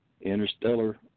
interstellar